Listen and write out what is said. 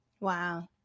Wow